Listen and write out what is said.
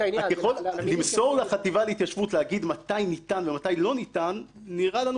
למסור לחטיבה להתיישבות לומר מתי ניתן ומתי לא נראה לנו בעייתי,